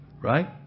Right